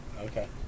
Okay